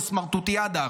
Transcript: זה "סמרטוטיאדה",